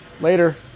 Later